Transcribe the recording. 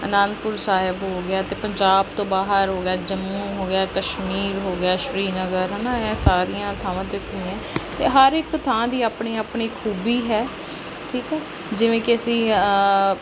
ਅਨੰਦਪੁਰ ਸਾਹਿਬ ਹੋ ਗਿਆ ਅਤੇ ਪੰਜਾਬ ਤੋਂ ਬਾਹਰ ਹੋ ਗਿਆ ਜੰਮੂ ਹੋ ਗਿਆ ਕਸ਼ਮੀਰ ਹੋ ਗਿਆ ਸ਼੍ਰੀਨਗਰ ਹੈ ਨਾ ਇਹ ਸਾਰੀਆਂ ਥਾਵਾਂ 'ਤੇ ਘੁੰਮੀ ਅਤੇ ਹਰ ਇੱਕ ਥਾਂ ਦੀ ਆਪਣੀ ਆਪਣੀ ਖੂਬੀ ਹੈ ਠੀਕ ਹੈ ਜਿਵੇਂ ਕਿ ਅਸੀਂ